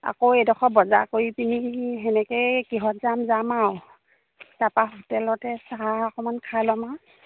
আকৌ এইডোখৰ বজাৰ কৰি পিনি তেনেকেই কিহত যাম যাম আৰু তাৰপৰা হোটেলতে চাহ অকণমান খাই ল'ম আৰু